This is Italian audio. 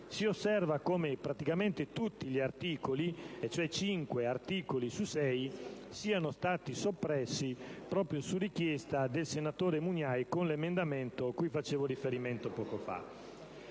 si osserva come praticamente tutti gli articoli (e cioè cinque su sei) siano stati soppressi, proprio su richiesta del senatore Mugnai, con l'emendamento cui facevo riferimento poco fa.